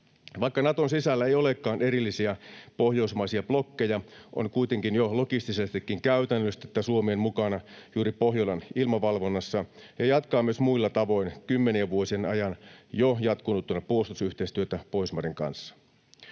Vaikka Naton sisällä ei olekaan erillisiä pohjoismaisia blokkeja, on kuitenkin jo logistisestikin käytännöllistä, että Suomi on mukana juuri Pohjolan ilmavalvonnassa ja jatkaa myös muilla tavoin jo kymmenien vuosien ajan jatkunutta puolustusyhteistyötä Pohjoismaiden kanssa.